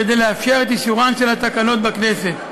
כדי לאפשר את אישורן של התקנות בכנסת.